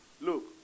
Look